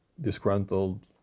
disgruntled